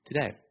today